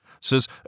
says